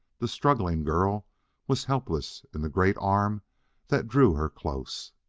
the struggling girl was helpless in the great arm that drew her close.